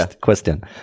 question